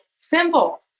Simple